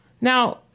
Now